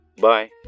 Bye